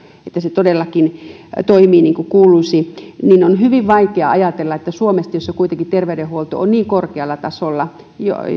että se todellakin toimii niin kuin kuuluisi on hyvin vaikea ajatella että suomesta jossa kuitenkin terveydenhuolto on niin korkealla tasolla